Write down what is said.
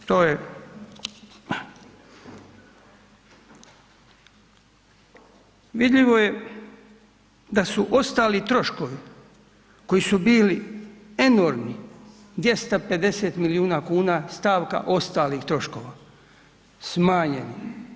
Vidljivo je da su ostalo troškovi koji su bili enormni, 250 milijuna kuna, stavka ostalih troškova, smanjeni.